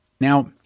Now